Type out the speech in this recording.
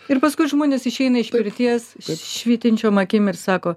ir paskui žmonės išeina iš pirties švytinčiom akim ir sako